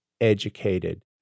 educated